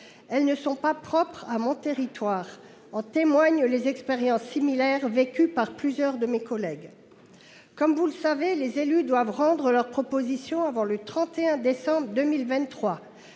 ne sont pas propres à ce territoire, comme en témoignent les expériences similaires vécues par plusieurs de mes collègues. Comme vous le savez, les élus doivent rendre leurs propositions avant le 31 décembre 2023.